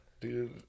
Dude